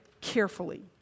carefully